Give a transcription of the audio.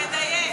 תדייק.